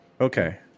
Okay